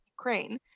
Ukraine